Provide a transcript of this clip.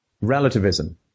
relativism